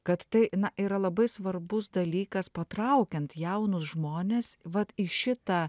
kad tai na yra labai svarbus dalykas patraukiant jaunus žmones vat į šitą